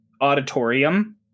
auditorium